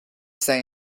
say